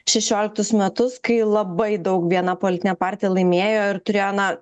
šešioliktus metus kai labai daug viena politinė partija laimėjo ir turėjo na